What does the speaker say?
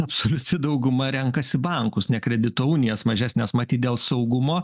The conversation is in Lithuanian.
absoliuti dauguma renkasi bankus ne kredito unijas mažesnes matyt dėl saugumo